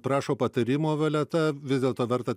prašo patarimo violeta vis dėlto verta